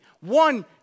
One